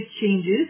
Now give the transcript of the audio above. changes